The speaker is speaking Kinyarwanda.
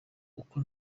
uko